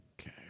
Okay